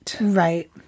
Right